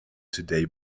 today